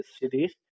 cities